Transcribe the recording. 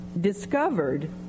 discovered